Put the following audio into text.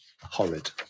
horrid